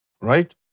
Right